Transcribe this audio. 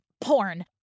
porn